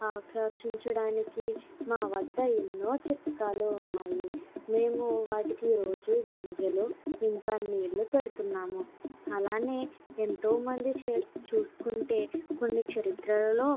ఆకర్షించడానికి మా వద్ద ఎన్నో చిట్కాలు ఉన్నాయి మేము వాటికి రోజు గింజలు ఇంకా నీళ్ళు పెడుతున్నాము అలానే ఎంతోమంది చూసుకుంటే కొన్ని చరిత్రలలో